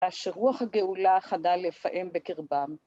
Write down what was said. אשר רוח הגאולה חדל לפעם בקרבם.